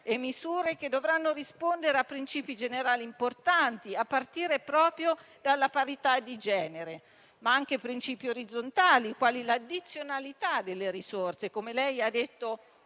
le misure che dovranno rispondere a principi generali importanti, a partire dalla parità di genere, ma anche a principi orizzontali quali l'addizionalità delle risorse - come lei, signor